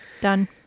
done